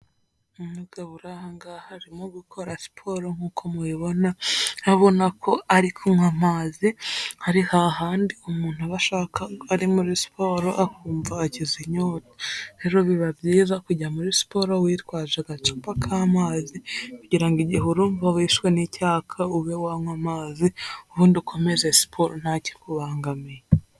Umugabo urahangaha arimo gukora siporo, nkuko mubibona urabona ko ari kunywa amazi, ari hahandi umuntu aba ashaka ari muri siporo akumva agize inyota. Rero biba byiza kujya muri siporo witwaje agacupa k'amazi kugira ngo igihe urumva wishwe n'icyaka ube wanywa amazi ubundi ukomeze siporo ntakikubangamiye.